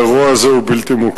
האירוע הזה הוא בלתי מוכר.